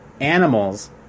Animals